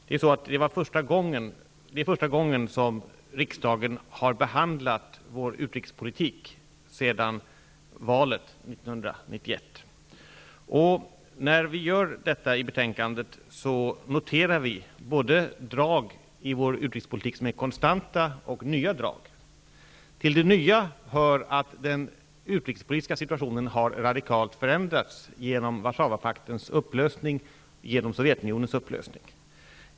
Det är första gången som riksdagen har behandlat vår utrikespolitik sedan valet 1991. När vi i betänkandet gör detta noterar vi i vår utrikespolitik både drag som är konstanta och nya drag. Till det nya hör att den utrikespolitiska situationen radikalt har förändrats genom Warszawapaktens upplösning och genom Sovjetunionens upplösning.